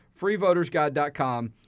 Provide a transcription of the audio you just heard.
freevotersguide.com